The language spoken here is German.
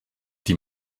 die